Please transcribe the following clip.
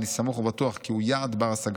אני סמוך ובטוח כי הוא יעד בר-השגה.